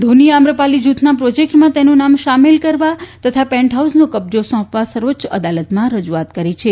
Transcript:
ધોણીએ આમ્રપાલી જૂથના પ્રોજેકટમાં તેનું નામ સામેલ કરવા તથા પેન્ટહાઉસનો કબજો સોંપવા સર્વોચ્ચ અદાલતમાં રજૂઆત કરી છે